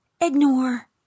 ignore